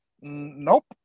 nope